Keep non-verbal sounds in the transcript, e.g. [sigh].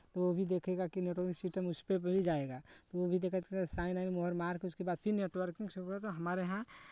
वो भी देखेगा कि नेटवर्क सिस्टम उसपे मिल जाएगा वो भी [unintelligible] साइन वाइन मोहर मार कर उसके बाद फिर नेटवर्किंग होगा तो हमारे यहाँ